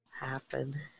happen